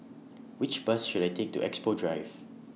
Which Bus should I Take to Expo Drive